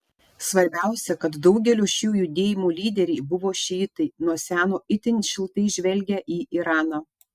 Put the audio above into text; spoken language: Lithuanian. svarbiausia kad daugelio šių judėjimų lyderiai buvo šiitai nuo seno itin šiltai žvelgę į iraną